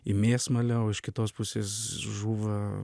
į mėsmalę o iš kitos pusės žūva